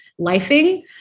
lifing